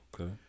Okay